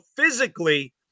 physically